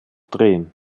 drehen